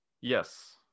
yes